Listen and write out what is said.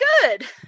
good